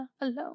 alone